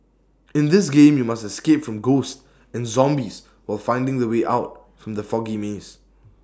in this game you must escape from ghosts and zombies while finding the way out from the foggy maze